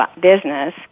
business